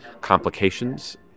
complications